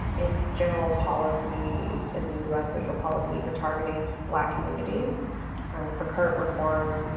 in general policy in the us social policy for targeting black communities for current reform,